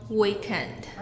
weekend